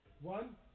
One